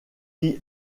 qui